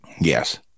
Yes